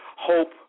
Hope